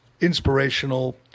inspirational